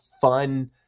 fun